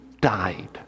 died